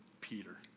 Peter